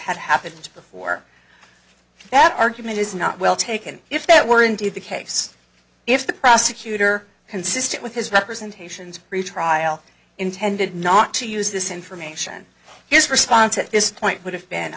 had happened to before that argument is not well taken if that were indeed the case if the prosecutor consistent with his representations pretrial intended not to use this information his response at this point would have been